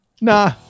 Nah